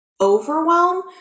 overwhelm